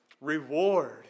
reward